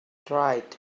dried